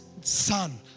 son